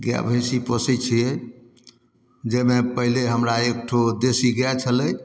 गाय भैंसी पोसै छियै जाहिमे पहिले हमरा एक गो देशी गाय छलै